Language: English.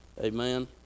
Amen